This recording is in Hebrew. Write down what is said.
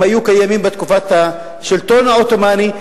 הם היו קיימים בתקופת השלטון העות'מאני.